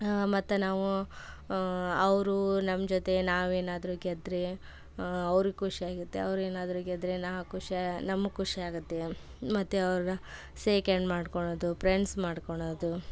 ಮತ್ತು ನಾವು ಅವರು ನಮ್ಮ ಜೊತೆ ನಾವೇನಾದರೂ ಗೆದ್ದರೆ ಅವ್ರಗೆ ಖುಷಿ ಆಗುತ್ತೆ ಅವರೇನಾದ್ರೂ ಗೆದ್ದರೆ ನಾವು ಖುಷಿ ನಮ್ಗೆ ಖುಷಿ ಆಗುತ್ತೆ ಮತ್ತು ಅವ್ರು ಸೇಕ್ ಹ್ಯಾಂಡ್ ಮಾಡ್ಕೊಳ್ಳೋದು ಪ್ರೆಂಡ್ಸ್ ಮಾಡ್ಕೊಳೋದು